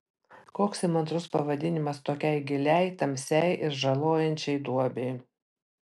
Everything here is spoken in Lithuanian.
koks įmantrus pavadinimas tokiai giliai tamsiai ir žalojančiai duobei